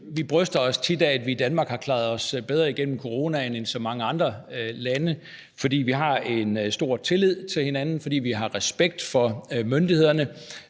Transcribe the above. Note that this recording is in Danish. Vi bryster os tit af, at vi i Danmark har klaret os bedre igennem coronakrisen end så mange andre lande, fordi vi har en stor tillid til hinanden, fordi vi har respekt for myndighederne